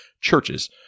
churches